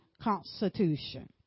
constitution